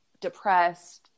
depressed